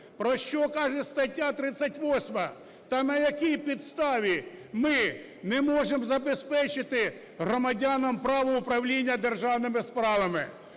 про що каже стаття 38, та на якій підставі ми не можемо забезпечити громадянам право управління державними справами.